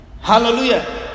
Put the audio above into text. Hallelujah